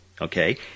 okay